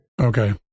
Okay